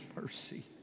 mercy